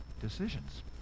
decisions